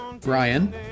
Brian